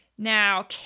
Now